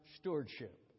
stewardship